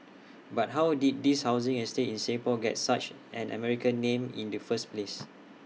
but how did this housing estate in Singapore get such an American name in the first place